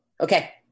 Okay